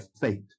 fate